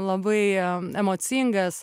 labai emocingas